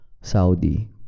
Saudi